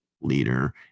leader